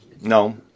No